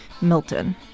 Milton